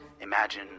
Imagine